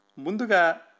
munduga